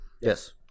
Yes